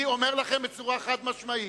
אני אומר לכם בצורה חד-משמעית: